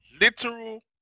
literal